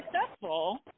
successful